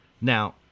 Now